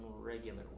regular